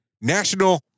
National